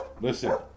Listen